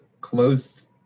closed